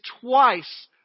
twice